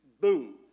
boom